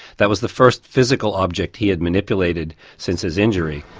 that was the first physical object he had manipulated since his injury.